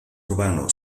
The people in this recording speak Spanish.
urbano